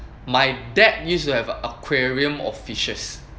my dad used to have an aquarium of fishes